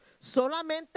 Solamente